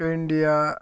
India